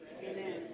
Amen